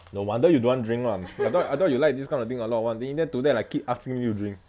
no wonder you don't want to drink ah I thought I thought you like this kind of thing a lot [one] in the end today like keep asking me to drink